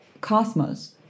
cosmos